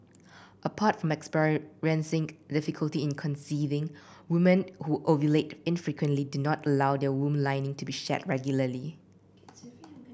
apart from experiencing difficulty in conceiving woman who ovulate infrequently do not allow their womb lining to be shed regularly